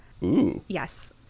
Yes